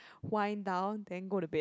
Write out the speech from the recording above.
wind down then go to bed